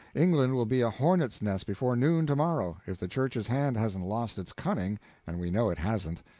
england will be a hornets' nest before noon to-morrow, if the church's hand hasn't lost its cunning and we know it hasn't.